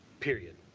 period